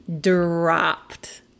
dropped